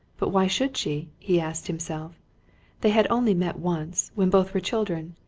but why should she, he asked himself they had only met once, when both were children,